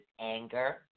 anger